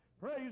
Praise